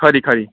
खरी खरी